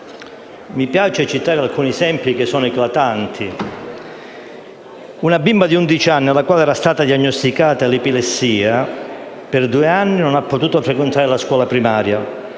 Mi piace citare alcuni esempi eclatanti, come quello di una bimba di undici anni a cui era stata diagnosticata l'epilessia, che per due anni non ha potuto frequentare la scuola primaria,